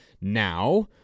now